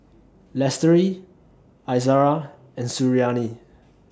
Lestari Izara and Suriani